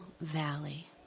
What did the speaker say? valley